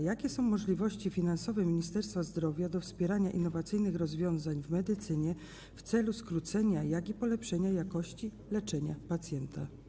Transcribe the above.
Jakie są możliwości finansowe Ministerstwa Zdrowia do wspierania innowacyjnych rozwiązań w medycynie w celu zarówno skrócenia, jak i polepszenia jakości leczenia pacjenta?